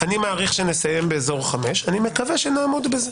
אני מעריך שנסיים באזור 17:00. אני מקווה שנעמוד בזה.